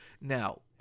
Now